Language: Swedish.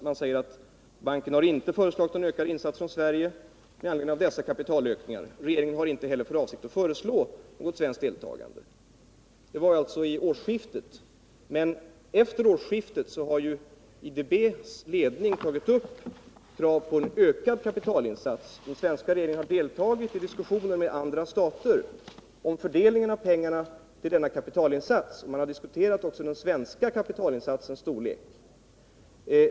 Man säger att banken inte föreslagit någon ökad insats från Sverige med anledning av den nu aktualiserade kapitalökningen. Regeringen har inte heller för avsikt att föreslå någon ökad insats. Detta sades vid årsskiftet, men efter årsskiftet har ju IDB:s ledning tagit upp krav på ökad kapitalinsats. Den svenska regeringen har deltagit i diskussioner med andra stater den 10 februari om fördelningen av dessa kapitalinsatser och även den svenska kapitalinsatsens storlek.